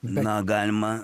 na galima